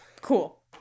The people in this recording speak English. Cool